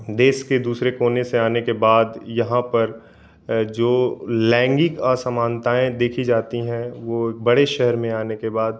देश के दूसरे कोने से आने के बाद यहाँ पर जो लैंगिक असमानताएँ देखी जाती हैं वो बड़े शहर में आने के बाद